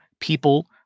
people